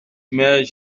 mais